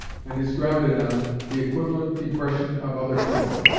and is grounded on, the equivalent depression of other people.